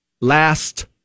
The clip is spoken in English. last